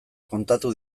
kontatu